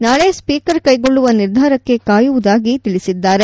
ನಾಳಿ ಸ್ವೀಕರ್ ಕೈಗೊಳ್ಳುವ ನಿರ್ಧಾರಕ್ಕಾಗಿ ಕಾಯುವುದಾಗಿ ತಿಳಿಸಿದ್ದಾರೆ